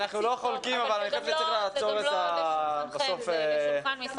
אנחנו לא חולקים אבל אני חושב שצריך לעצור את --- זה גם לא לשולחנכם,